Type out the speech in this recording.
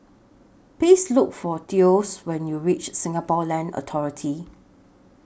Please Look For Thos when YOU REACH Singapore Land Authority